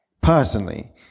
personally